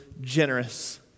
generous